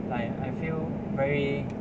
like I feel very